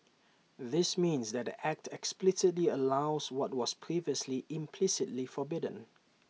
this means that the act explicitly allows what was previously implicitly forbidden